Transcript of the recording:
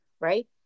right